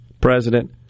president